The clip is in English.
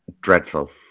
Dreadful